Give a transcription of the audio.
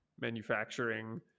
manufacturing